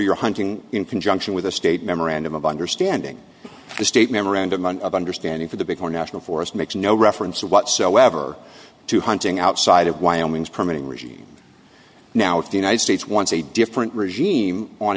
you're hunting in conjunction with the state memorandum of understanding the state memorandum of understanding for the big or national forest makes no reference whatsoever to hunting outside of wyoming's permitting regime now if the united states wants a different regime